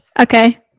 Okay